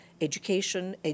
education